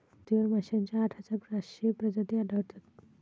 पृथ्वीवर माशांच्या आठ हजार पाचशे प्रजाती आढळतात